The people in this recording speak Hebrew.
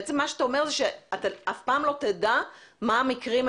בעצם מה שאתה אומר זה שאתה אף פעם לא תדע מה המקרים.